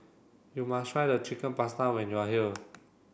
you must try the Chicken Pasta when you are here